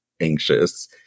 anxious